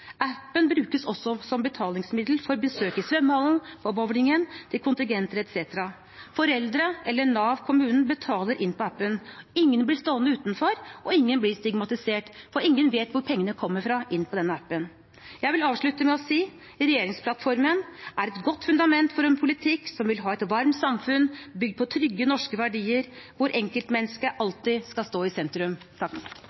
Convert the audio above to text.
Appen brukes også som betalingsmiddel for besøk i svømmehallen og bowlingen, til kontingenter etc. Foreldre eller Nav, kommunen, betaler inn på appen. Ingen blir stående utenfor, ingen blir stigmatisert, og ingen vet hvor pengene kommer fra inn på den appen. Jeg vil avslutte med å si at regjeringsplattformen er et godt fundament for en politikk som vil ha et varmt samfunn, bygd på trygge norske verdier, hvor